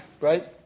right